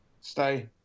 Stay